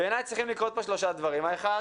בעיניי צריכים לקרות פה שלושה דברים: האחד,